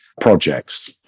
projects